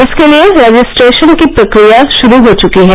इसके लिये रजिस्ट्रेशन की प्रक्रिया रू हो चुकी है